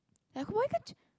like why can't you